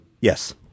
Yes